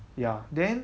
ya then